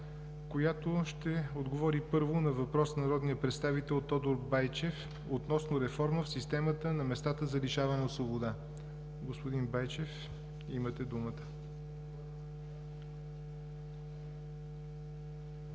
която ще отговори първо на въпрос от народния представител Тодор Байчев относно реформа в системата на местата за лишаване от свобода. Господин Байчев, имате думата.